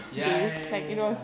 ya ya ya ya ya